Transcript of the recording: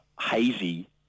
hazy